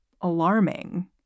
alarming